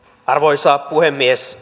arvoisa puhemies